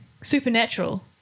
supernatural